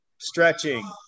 stretching